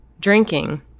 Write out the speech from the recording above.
drinking